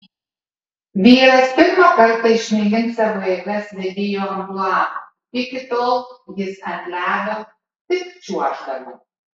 vyras pirmą kartą išmėgins savo jėgas vedėjo amplua iki tol jis ant ledo tik čiuoždavo